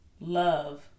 love